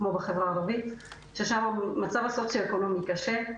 כמו החברה הערבית שם המצב הסוציו אקונומי קשה.